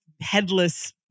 headless